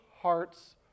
hearts